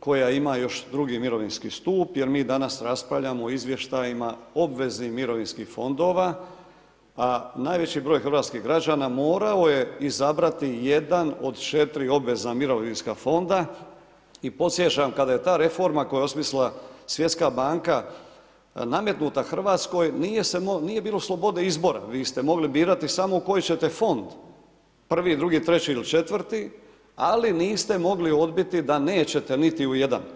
koja ima još II. mirovinski stup jer mi danas raspravljamo o izvještajima obveznih mirovinskih fondova a najveći broj hrvatskih građana morao je izabrati jedan od 4 obvezna mirovinska fonda i podsjećam kada jeta reforma koju je osmislila Svjetska banka nametnuta Hrvatskoj, nije bilo slobode izbora, vi ste mogli birati samo koji ćete fond, I., II., III. ili IV., ali niste mogli odbiti da neće niti u jedan.